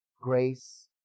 grace